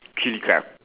chili crab